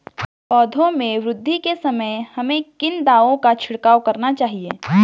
पौधों में वृद्धि के समय हमें किन दावों का छिड़काव करना चाहिए?